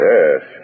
Yes